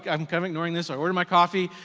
i'm kind of ignoring this, i order my coffee,